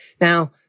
Now